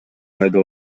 пайда